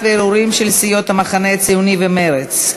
הערעורים של סיעות המחנה הציוני ומרצ.